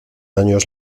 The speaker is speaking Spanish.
años